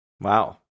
wow